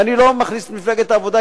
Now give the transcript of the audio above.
ואני לא מכניס את מפלגת העבודה,